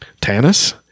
Tannis